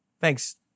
Thanks